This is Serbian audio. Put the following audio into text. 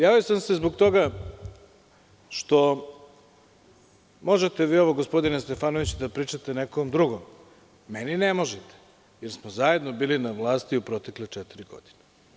Javio sam se zbog toga što ovo možete, gospodine Stefanoviću, da pričate nekom drugom, a meni ne možete, jer smo zajedno bili na vlasti u protekle četiri godine.